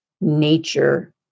nature